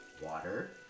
water